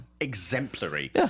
exemplary